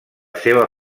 seva